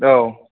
औ